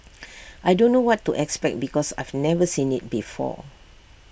I don't know what to expect because I've never seen IT before